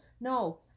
No